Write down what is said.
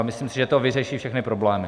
Myslím si, že to vyřeší všechny problémy.